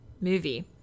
movie